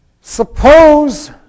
suppose